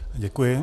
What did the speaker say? Děkuji.